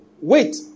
Wait